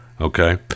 okay